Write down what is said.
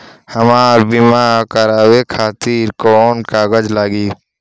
हमरा बीमा करावे खातिर कोवन कागज लागी?